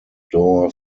door